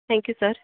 thank you sir